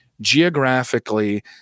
geographically